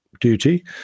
duty